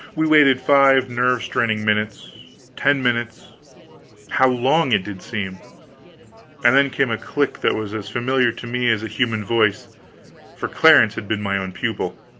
we waited five nerve-straining minutes ten minutes how long it did seem and then came a click that was as familiar to me as a human voice for clarence had been my own pupil.